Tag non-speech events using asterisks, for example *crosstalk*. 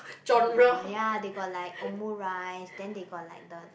*noise* ya they got like omurice then they got like the